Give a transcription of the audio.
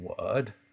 word